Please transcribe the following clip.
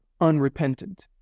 unrepentant